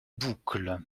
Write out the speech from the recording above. boucle